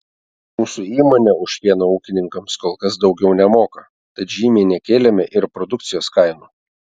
mūsų įmonė už pieną ūkininkams kol kas daugiau nemoka tad žymiai nekėlėme ir produkcijos kainų